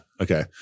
okay